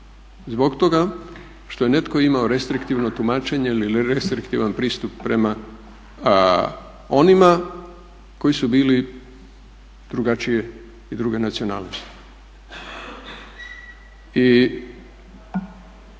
zbog toga što je netko imao restriktivno tumačenje ili restriktivan pristup prema onima koji su bili drugačije i druge nacionalnosti.